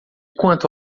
quanto